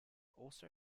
also